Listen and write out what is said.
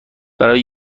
برای